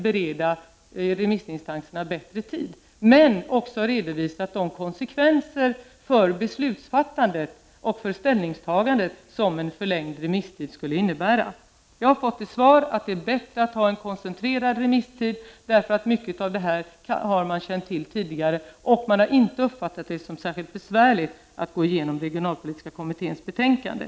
Jag har då också redovisat de konsekvenser för beslutsfattandet och ställningstagandet som den förlängda remisstiden skulle innebära. Jag har fått till svar att det är bättre att ha en koncentrerad remisstid, därför att remissinstanserna ändå har känt till saken mycket tidigare och inte uppfattat det som särskilt besvärligt att gå igenom regionalpolitiska kommitténs betänkande.